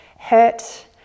hurt